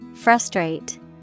Frustrate